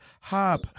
Hop